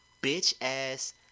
Bitch-ass